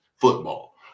football